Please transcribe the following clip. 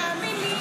תאמין לי,